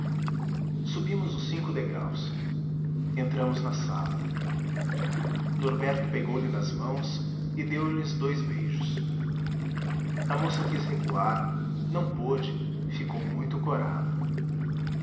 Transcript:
subimos os cinco degraus entramos na sala norberto pegou-lhe nas mãos e deu lhes dous beijos a moça quis recuar não pôde ficou muito corada